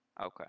Okay